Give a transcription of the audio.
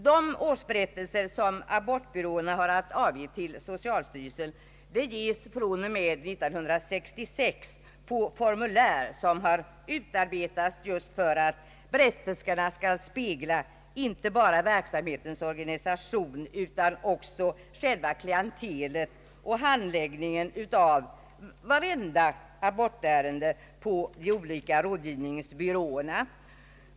De årsberättelser som abortbyråerna har att avge till socialstyrelsen ges från år 1966 på formulär som har utarbetats just för att berättelserna skall spegla inte bara verksamhetens organisation utan också klientelet och handläggningen av varje abortärende på de olika rådgivningsbyråerna.